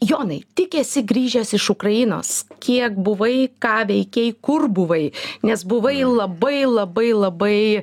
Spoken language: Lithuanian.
jonai tik esi grįžęs iš ukrainos kiek buvai ką veikei kur buvai nes buvai labai labai labai